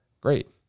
great